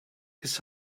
his